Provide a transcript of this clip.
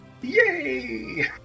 Yay